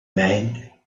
mind